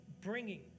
Bringing